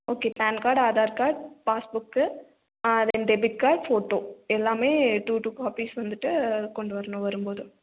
okay PAN card Aadhaar card passbook ஆ then debit card photo எல்லாமே two two copies வந்துட்டு கொண்டு வரணும் வரும்போது